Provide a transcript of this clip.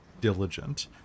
Diligent